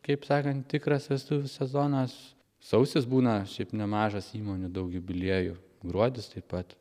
kaip sakant tikras vestuvių sezonas sausis būna šiaip nemažas įmonių daug jubiliejų gruodis taip pat